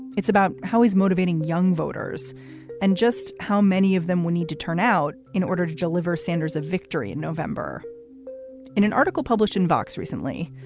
it's about how he's motivating young voters and just how many of them we need to turn out in order to deliver sanders a victory in november in an article published in vox recently,